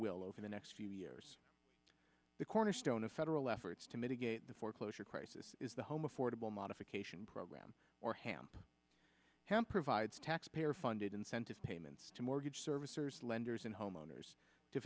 will over the next few years the cornerstone of federal efforts to mitigate the foreclosure crisis is the home affordable modification program or hamp hamper vides taxpayer funded incentive payments to mortgage servicers lenders and homeowners to